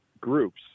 groups